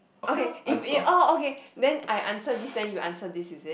okay if if orh okay then I answer this then you answer this is it